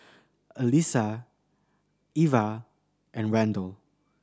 Alisa Iva and Randell